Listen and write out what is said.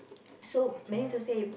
so mean to save